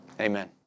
Amen